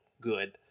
good